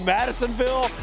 Madisonville